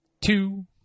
two